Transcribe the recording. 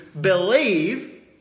believe